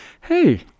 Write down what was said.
hey